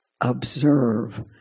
Observe